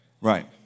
Right